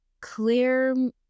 clear